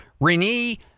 Renee